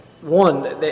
One